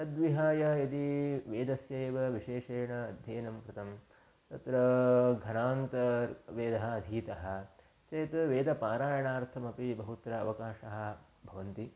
तद्विहाय यदि वेदस्य एव विशेषेण अध्ययनं कृतं तत्र घनान्तं वेदः अधीतः चेत् वेदपारायणार्थमपि बहुत्र अवकाशाः भवन्ति